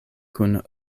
kun